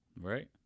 Right